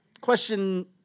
Question